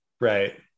Right